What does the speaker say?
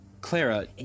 Clara